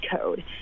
code